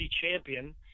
champion